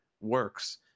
works